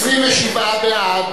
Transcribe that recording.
27 בעד,